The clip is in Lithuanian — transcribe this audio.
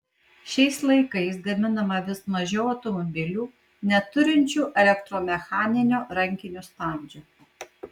šiais laikais gaminama vis mažiau automobilių neturinčių elektromechaninio rankinio stabdžio